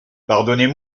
pardonnez